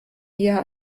eher